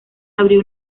abrió